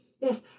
yes